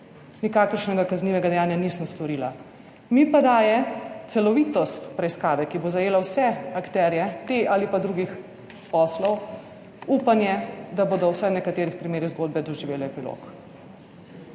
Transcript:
nikakršnega kaznivega dejanja nisem storila. Mi pa daje celovitost preiskave, ki bo zajela vse akterje teh ali pa drugih poslov, upanje, da bodo v vsaj v nekaterih primerih zgodbe doživeli epilog.